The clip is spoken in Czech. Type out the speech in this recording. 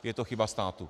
Je to chyba státu.